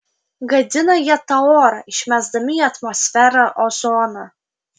gadina jie tą orą išmesdami į atmosferą ozoną